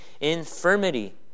infirmity